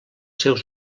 seus